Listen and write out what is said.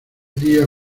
día